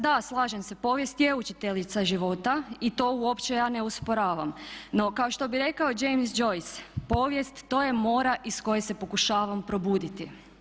Da, slažem se povijest je učiteljica života i to uopće ja ne osporavam no kao što bi rekao James Joyce "Povijest to je mora iz koje se pokušavam probuditi"